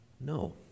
No